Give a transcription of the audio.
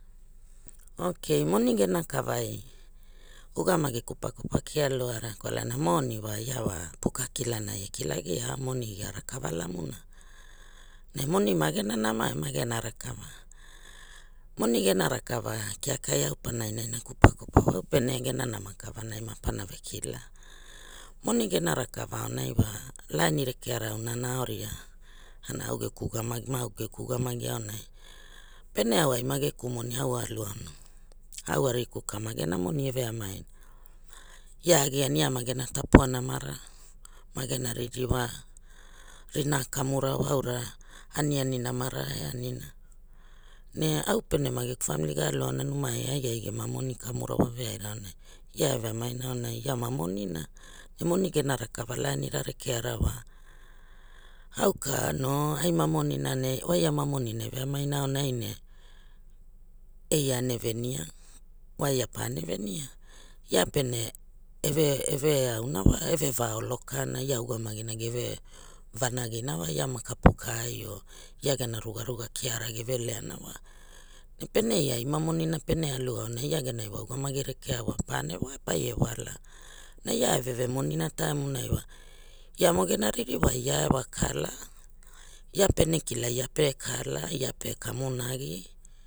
Ok a moni gera kavai ugamagi kupakupa kia luara kilalana moni wa ia wa puka kilanai e kilagi ao moni ia rakava lamuna ne moni ma gera nama e ma geraa rakava moni gera rakava kiakai au pana inaina kupa kupa wa fiva gera nama kalaranai ma pana vekila moni gera rakoua aonai wa la ani rekeara auna ina ao ria ana au gekuugamagi ma eau geku ugamagi aonai pene au ai gekumoni a aluaona au ariku ka ma gera moni e veomai na ia a giara ia ma gera tapua namana ma gera ririwana kamura wa auna aniani namara e arina ne au pere wa geku famili ga alu aonai numai ai geri gema moni kamura wa veaira numa ia e veamaina numai ia wa moni na ne moni gera rakau a laini ra rekeara wa auka no ai ma monira ne wa ia ma monina e veamaina aonai ne e ia ene venia wa ia pana venia ia pene eveeve eau ra wa eve vaolokana ia ugamagina eve vanaginawa ia ma kapu kai o iagena rugaruga kiana geve leana wa ne pene ia ai ma monina pene alaoa nai ia genai wa ugamagi rekea wa pa ene wa pia wala na ia eve monina taimuna wa ia ma gena ririwai ia ewa kala ia pene kila iape kala ia pe amonagi.